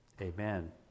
Amen